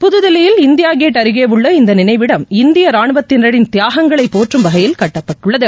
புதுதில்லியில் இந்தியாகேட் அருகே உள்ள இந்த நினைவிடம் இந்திய ரானுவத்தினரின் தியாகங்களை போற்றும்வகையில் கட்டப்பட்டுள்ளது